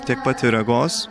tiek pat ir regos